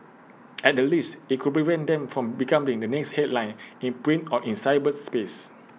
at the least IT could prevent them from becoming the next headline in print or in cyberspace